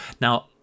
Now